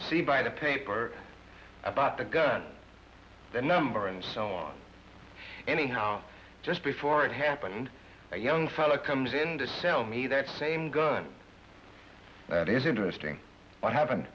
see by the paper about the gun number and so on anyhow just before it happened a young feller comes in to sell me that same gun it's interesting what happened